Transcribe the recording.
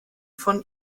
von